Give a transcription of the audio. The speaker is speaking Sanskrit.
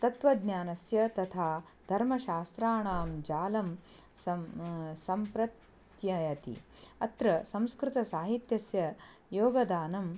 तत्त्वज्ञानस्य तथा धर्मशास्त्राणां जालं सं सम्प्रत्ययति अत्र संस्कृतसाहित्यस्य योगदानं